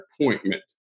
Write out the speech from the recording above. appointment